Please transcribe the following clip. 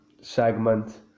segment